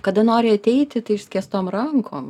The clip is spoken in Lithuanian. kada nori ateiti tai išskėstom rankom